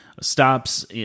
stops